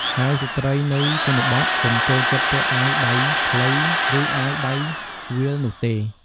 ហើយស្រ្តីនៅជនបទពុំចូលចិត្តពាក់អាវដៃខ្លី ឬអាវដៃវៀលនោះទេ។